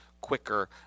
quicker